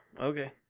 Okay